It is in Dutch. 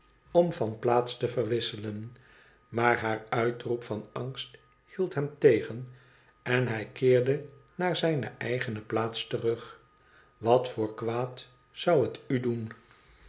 om van plaats te verwisselen maar haar uitroep van angst hield hem tegen en hij keerde naar zijne eigene plaats terug wat voor kwaad zou het u doen